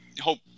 hope